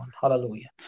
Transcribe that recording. Hallelujah